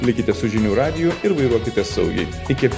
likite su žinių radiju ir vairuokite saugiai iki